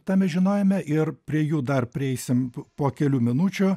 tame žinojime ir prie jų dar prieisim po kelių minučių